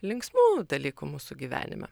linksmų dalykų mūsų gyvenime